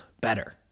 better